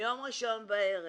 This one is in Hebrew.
ביום ראשון בערב